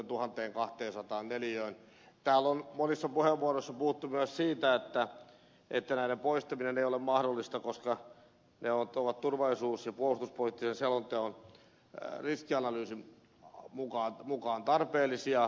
täällä on monissa puheenvuoroissa puhuttu myös siitä että näiden poistaminen ei ole mahdollista koska ne ovat turvallisuus ja puolustuspoliittisen selonteon riskianalyysin mukaan tarpeellisia